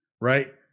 right